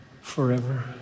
forever